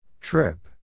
Trip